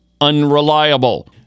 unreliable